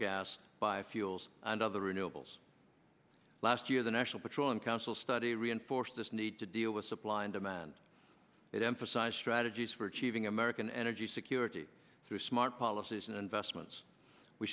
gas biofuels and other renewables last year the national petroleum council study reinforced this need to deal with supply and demand it emphasized strategies for achieving american energy security through smart policies and investments we